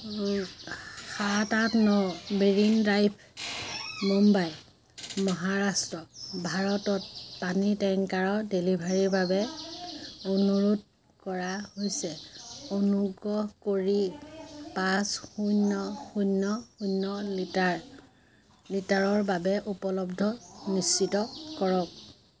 সাত আঠ ন মেৰিন ড্ৰাইভ মুম্বাই মহাৰাষ্ট্ৰ ভাৰতত পানীৰ টেংকাৰৰ ডেলিভাৰীৰ বাবে অনুৰোধ কৰা হৈছে অনুগ্ৰহ কৰি পাঁচ শূন্য শূন্য শূন্য লিটাৰ লিটাৰৰ বাবে উপলব্ধ নিশ্চিত কৰক